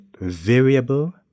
variable